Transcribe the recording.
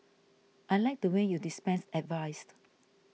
I liked the way you dispensed advice